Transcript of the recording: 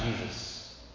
Jesus